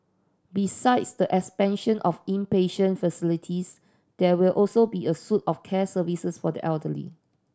besides the expansion of inpatient facilities there will also be a suite of care services for the elderly